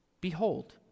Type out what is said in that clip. behold